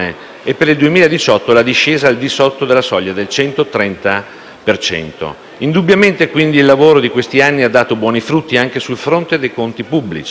e per il 2018 la discesa al di sotto della soglia del 130 per cento. Indubbiamente, quindi, il lavoro di questi anni ha dato buoni frutti anche sul fronte dei conti pubblici.